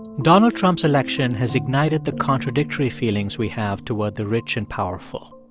donald trump's election has ignited the contradictory feelings we have toward the rich and powerful.